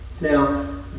Now